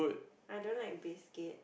I don't like biscuit